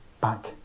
back